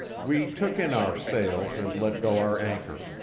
we took in our sail and let go our anchor.